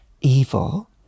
evil